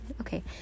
okay